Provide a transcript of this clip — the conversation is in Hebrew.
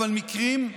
אבל מקרים.